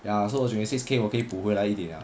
ya so twenty-six K 我可以补回来一点 ah